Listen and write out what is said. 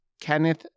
Kenneth